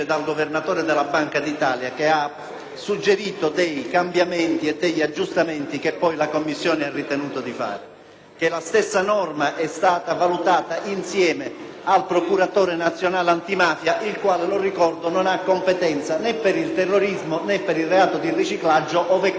La stessa norma è stata valutata insieme al Procuratore nazionale antimafia, che ricordo non ha competenza né per il terrorismo né per il reato di riciclaggio, ove esso non sia collegato a reati di mafia; ricordo comunque che c'è l'obbligo di una relazione semestrale. Il punto di fondo - lo dico